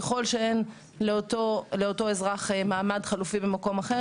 ככל שאין לאותו אזרח מעמד חלופי במקום אחר,